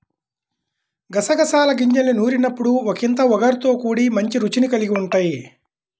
గసగసాల గింజల్ని నూరినప్పుడు ఒకింత ఒగరుతో కూడి మంచి రుచిని కల్గి ఉంటయ్